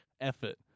effort